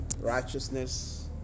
righteousness